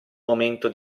momento